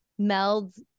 melds